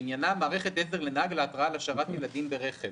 שעניינה מערכת עזר לנהג להתרעה על השארת ילדים ברכב.